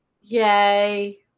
Yay